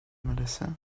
melissa